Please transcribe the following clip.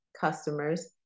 customers